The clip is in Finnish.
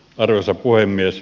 arvoisa puhemies